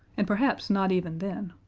and perhaps not even then.